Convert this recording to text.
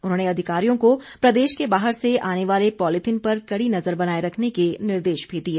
उन्होंने अधिकारियों को प्रदेश के बाहर से आने वाले पॉलिथीन पर कड़ी नजर बनाए रखने के निर्देश भी दिए